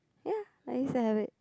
ya I use to have it